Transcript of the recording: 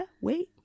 wait